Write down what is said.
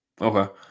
Okay